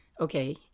Okay